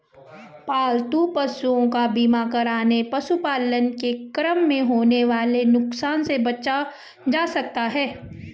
पालतू पशुओं का बीमा करके पशुपालन के क्रम में होने वाले नुकसान से बचा जा सकता है